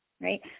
right